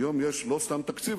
היום יש לא סתם תקציב,